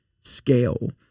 scale